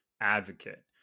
advocate